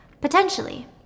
Potentially